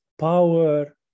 power